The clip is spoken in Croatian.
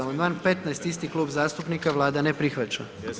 Amandman 15. isti klub zastupnika, Vlada ne prihvaća.